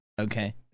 Okay